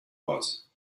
was